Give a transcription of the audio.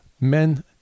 Men